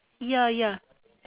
ya ya